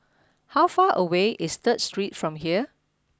how far away is Third Street from here